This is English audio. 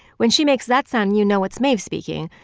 when she makes that sound, you know it's maeve speaking.